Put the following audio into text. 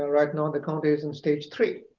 right now the county is in stage three.